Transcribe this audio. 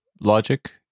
logic